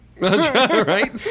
Right